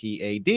PAD